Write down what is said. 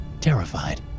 terrified